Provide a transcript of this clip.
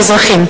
האזרחים: